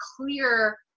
clear